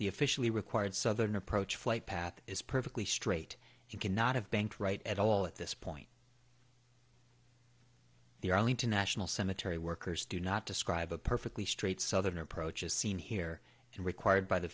the officially required southern approach flight path is perfectly straight you cannot have banked right at all at this point the arlington national cemetery workers do not describe a perfectly straight southern approach as seen here and required by the